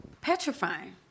petrifying